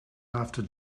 after